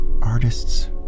artists